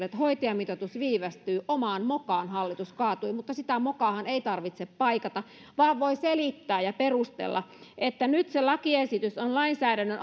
että hoitajamitoitus viivästyy omaan mokaan hallitus kaatui mutta sitä mokaahan ei tarvitse paikata vaan voi selittää ja perustella että nyt se lakiesitys on lainsäädännön